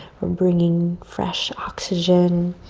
we're bringing fresh oxygen.